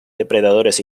depredadores